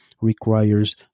requires